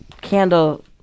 candle